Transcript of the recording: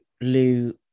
Lou